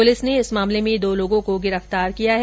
police ने इस मामले में दो लोगों को गिरफ्तार किया है